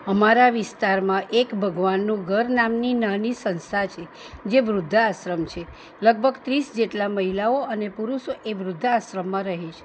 અમારા વિસ્તારમાં એક ભગવાનનું ઘર નામની નાની સંસ્થા છે જે વૃદ્ધાશ્રમ છે લગભગ ત્રીસ જેટલાં મહિલાઓ અને પુરુષો એ વૃદ્ધાશ્રમમાં રહે છે